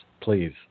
please